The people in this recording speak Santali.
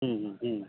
ᱦᱮᱸ ᱦᱮᱸ ᱦᱮᱸ